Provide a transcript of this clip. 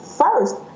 first